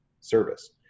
Service